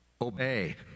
obey